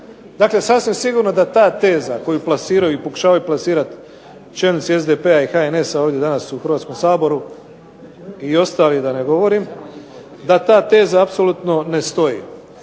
Dakle, sasvim sigurno da ta teza koju plasiraju i pokušavaju plasirati čelnici SDP-a i HNS-a ovdje danas u Hrvatskom saboru i ostali da ne govorim, da ta teza apsolutno ne stoji.